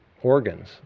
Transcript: organs